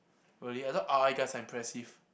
really I thought R_I guys are impressive